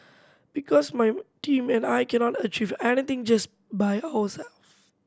because my team and I cannot achieve anything just by ourselves